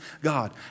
God